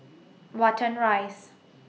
Watten Rise